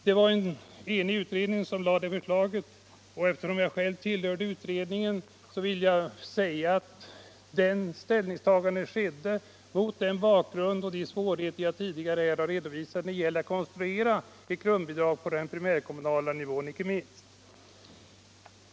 Det var en enig utredning som framlade det förslaget, och eftersom jag själv tillhörde utredningen vill jag säga att det ställningstagandet skedde mot bakgrund av de svårigheter jag här tidigare har redovisat när det gällde att konstruera ett grundbidrag på den primärkommunala nivån.